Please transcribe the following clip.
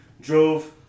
drove